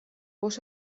poz